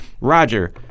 Roger